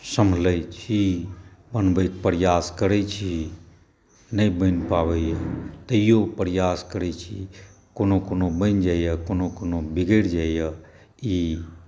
सम्हरैत छी बनबैके प्रयास करैत छी नहि बनि पाबैए तैओ प्रयास करैत छी कोनो कोनो बनि जाइए कोनो कोनो बिगड़ि जाइए ई